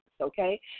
okay